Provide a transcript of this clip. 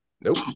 Nope